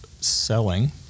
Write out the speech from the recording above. selling